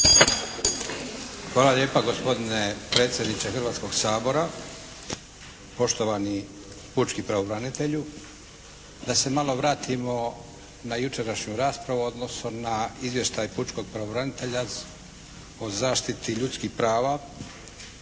Hvala lijepa gospodine predsjedniče Hrvatskog sabora. Poštovani pučki pravobranitelju. Da se malo vratimo na jučerašnju raspravu odnosno na izvještaj pučkog pravobranitelja o zaštiti ljudskih prava